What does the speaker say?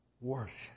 worship